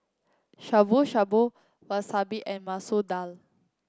Shabu Shabu Wasabi and Masoor Dal